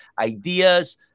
ideas